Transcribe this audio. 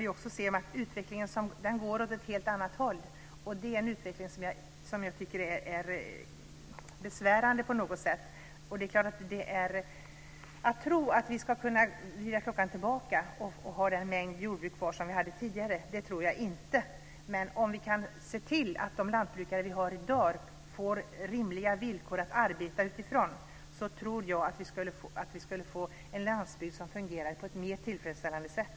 Vi kan se att utvecklingen nu går åt ett helt annat håll, och jag tycker att det är besvärande. Att vi ska kunna vrida klockan tillbaka och återfå den mängd jordbrukare som vi tidigare haft tror jag inte, men om vi kan se till att de jordbrukare som vi har i dag får rimliga villkor att arbeta under, tror jag att vi skulle få ett lantbruk som fungerar på ett mer tillfredsställande sätt.